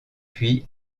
puis